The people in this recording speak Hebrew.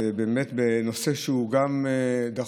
בנושא שהוא גם דחוף,